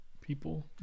people